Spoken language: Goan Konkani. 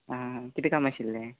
हां किदें काम आशिल्लें